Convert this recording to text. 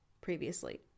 previously